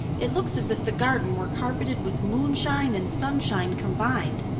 it looks as if the garden were carpeted with moonshine and sunshine combined.